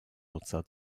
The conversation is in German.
nutzer